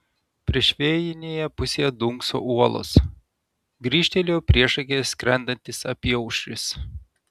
priešvėjinėje pusėje dunkso uolos grįžtelėjo priešakyje skrendantis apyaušris